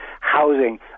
Housing